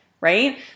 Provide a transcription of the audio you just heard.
Right